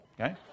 okay